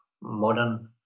modern